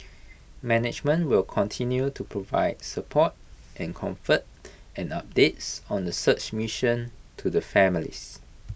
management will continue to provide support and comfort and updates on the search mission to the families